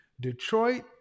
Detroit